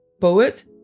poet